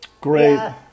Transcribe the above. Great